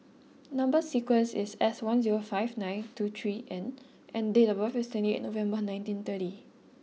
number sequence is S one zero five nine two three N and date of birth is twenty eight November ninety thirty